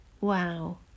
Wow